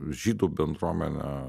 žydų bendruomenė